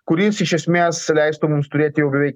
kuris iš esmės leistų mums turėti jau beveik